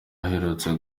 aherutse